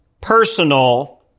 personal